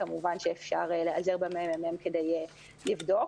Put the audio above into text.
כמובן שאפשר להיעזר בממ"מ כדי לבדוק.